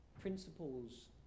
principles